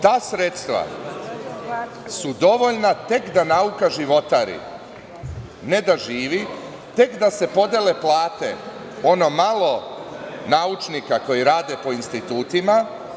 Ta sredstva su dovoljna tek da nauka životari a ne da živi, tek da se podele plate za ono malo naučnika koji rade po institutima.